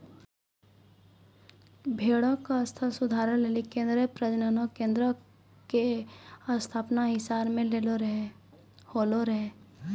भेड़ो के नस्ल सुधारै लेली केन्द्रीय प्रजनन केन्द्रो के स्थापना हिसार मे होलो रहै